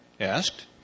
asked